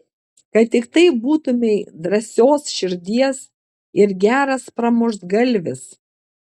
kad tiktai būtumei drąsios širdies ir geras pramuštgalvis